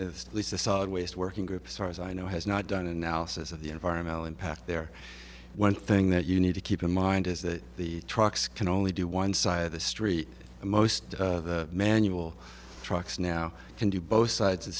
the least a solid waste working groups or as i know has not done an analysis of the environmental impact there one thing that you need to keep in mind is that the trucks can only do one side of the street and most of the manual trucks now can do both sides of